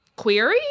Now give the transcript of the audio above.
query